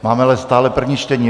Máme ale stále první čtení.